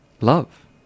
love